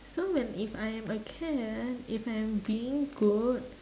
so when if I am a cat if I am being good